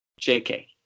JK